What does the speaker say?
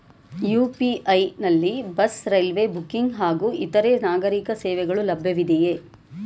UPI ನಲ್ಲಿ bus, railway booking ಹಾಗೂ ಇತರೆ ನಾಗರೀಕ ಸೇವೆಗಳು ಲಭ್ಯವಿದೆಯೇ?